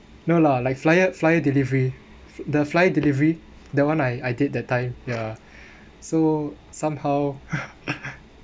no lah like flyer flyer delivery the flyer delivery that one I I did that time ya so somehow